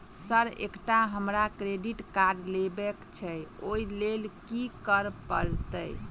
Sir एकटा हमरा credit card लेबकै छैय ओई लैल की करऽ परतै?